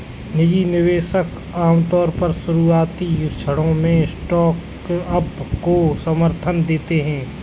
निजी निवेशक आमतौर पर शुरुआती क्षणों में स्टार्टअप को समर्थन देते हैं